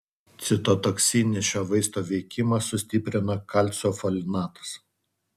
citotoksinį šio vaisto veikimą sustiprina kalcio folinatas